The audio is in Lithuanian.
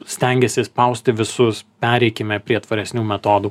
stengiasi spausti visus pereikime prie tvaresnių metodų